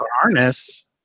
harness